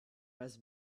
has